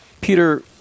Peter